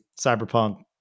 Cyberpunk